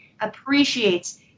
appreciates